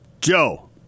Joe